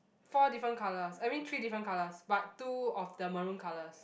four different colours I mean three different colours but two of the maroon colours